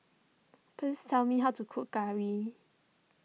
please tell me how to cook curry